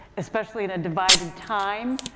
especially in a divided time,